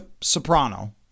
Soprano